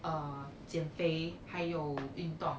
err 减肥还有运动